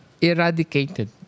eradicated